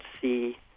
see